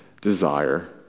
desire